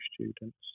students